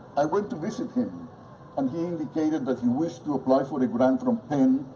i went to visit him and he indicated that he wished to apply for the grant from pen,